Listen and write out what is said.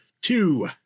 Two